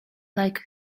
like